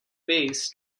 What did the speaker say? bass